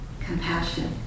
compassion